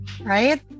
right